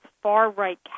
far-right